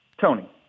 Tony